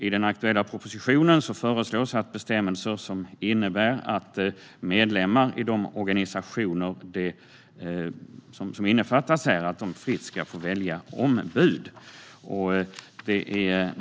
I den aktuella propositionen föreslås bestämmelser som innebär att medlemmar i de organisationer som innefattas här fritt ska få välja ombud.